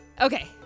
Okay